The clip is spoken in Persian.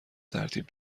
ترتیب